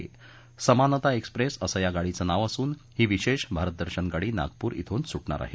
समानता एक्सप्रेस असं या गाडीचं नाव असून ही विशेष भारत दर्शन गाडी नागपूर ध्रून सुटणार आहे